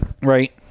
Right